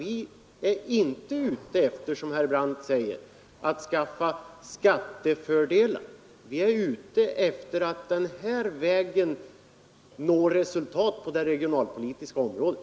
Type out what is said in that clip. Vi är inte ute efter, som herr Brandt säger, att skaffa skattefördelar. Vi är ute efter att den här vägen nå resultat på det regionalpolitiska området.